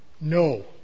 No